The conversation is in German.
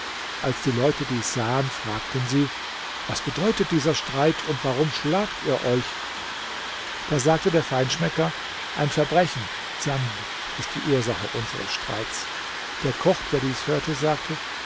als die leute dies sahen fragten sie was bedeutet dieser streit und warum schlagt ihr euch da sagte der feinschmecker ein verbrechen dsanb ist die ursache unseres streits der koch der dies hörte sagte